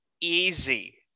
easy